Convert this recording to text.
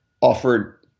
offered